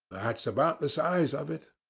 that's about the size of it.